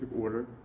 order